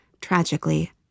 tragically